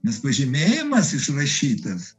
nes pažymėjimas išrašytas